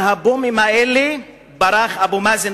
מה"בומים" האלה ברח אבו מאזן,